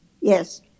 Yes